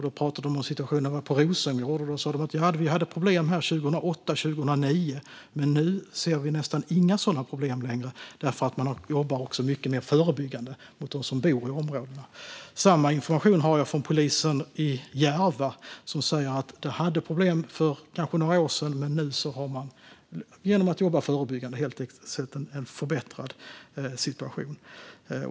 Där talade de om situationen i Rosengård och sa: Vi hade problem där 2008 och 2009, men nu ser vi nästan inga sådana problem längre därför att de också jobbar mycket mer förebyggande mot dem som bor i området. Samma information har jag från polisen i Järva, som säger att de hade problem för några år sedan. Men nu har man genom att jobba förebyggande sett en förbättrad situation.